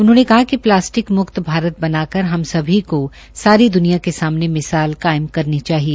उन्होंने कहा कि प्लास्टिक मुक्त भारत बनाकर हम सभी को सारी दुनिया के सामने मिसाल कायम करनी चाहिए